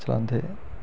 चलांदे